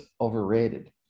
overrated